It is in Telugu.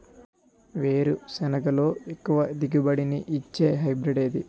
వేరుసెనగ లో ఎక్కువ దిగుబడి నీ ఇచ్చే హైబ్రిడ్ ఏది?